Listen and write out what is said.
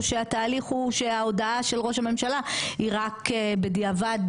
או שההודעה של ראש הממשלה היא רק בדיעבד